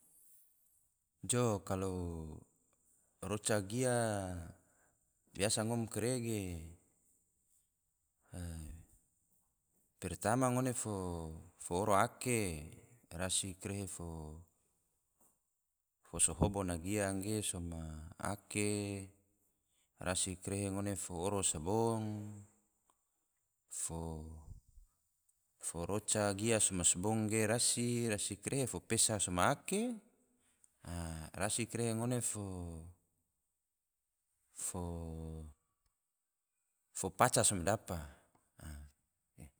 Jo kalo roca gia biasa ngom kare ge pertama ngone fo oro ake, rasi karehe fo so hobo na gia ge soma ake, rasi karehe ngone fo oro sabong, fo roca gia soma sabong ge rasi, rasi karehe fo pesa soma ake, a rasi karehe ngone fo paca soma dapa